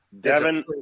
Devin